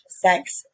sex